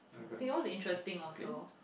I think that was interesting also